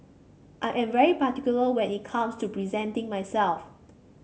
I am very particular when it comes to presenting myself